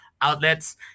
outlets